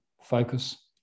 focus